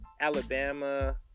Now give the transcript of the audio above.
Alabama